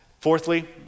Fourthly